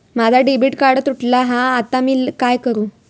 माझा debit card तुटला हा आता मी काय करू?